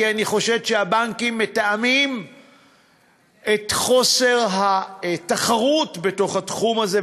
כי אני חושד שהבנקים מתאמים את חוסר התחרות בתוך התחום הזה,